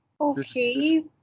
okay